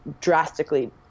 drastically